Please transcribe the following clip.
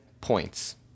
points